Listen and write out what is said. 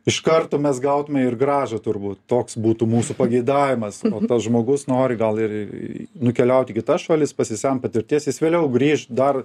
iš karto mes gautume ir grąža turbūt toks būtų mūsų pageidavimas nors tas žmogus nori gal ir nukeliaut į kitas šalis pasisemt patirties jis vėliau grįš dar